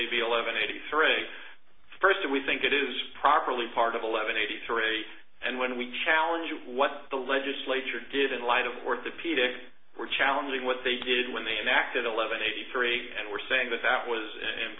an eighty three a first we think it is properly part of eleven eighty three and when we challenge what the legislature did in light of work the p tick we're challenging what they did when they enacted eleven eighty three and we're saying that that was